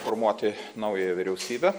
formuoti naująją vyriausybę